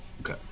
Okay